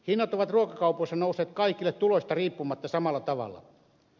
hinnat ovat ruokakaupoissa nousseet kaikille tuloista riippumatta samalla tavalla